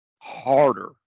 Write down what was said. harder